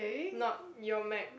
not your Meg